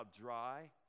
dry